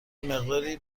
مقداری